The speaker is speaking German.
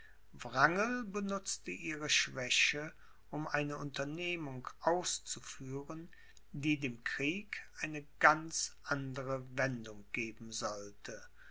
wrangel benutzte ihre schwäche um eine unternehmung auszuführen die dem krieg eine ganz andere wendung geben sollte